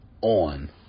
on